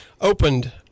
opened